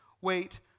wait